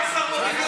אין שר בבניין.